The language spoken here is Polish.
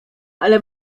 ale